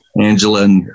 Angela